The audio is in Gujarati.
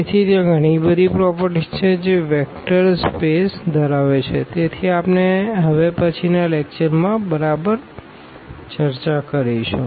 તેથી ત્યાં ઘણી બધી પ્રોપરટીઝ છે જે વેક્ટર્સ સ્પેસ ધરાવે છે તેથી આપણે હવે પછીનાં લેકચર માં બરાબર ચર્ચા કરીશું